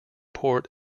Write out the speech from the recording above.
port